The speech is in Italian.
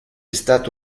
stato